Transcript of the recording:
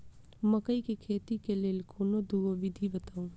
मकई केँ खेती केँ लेल कोनो दुगो विधि बताऊ?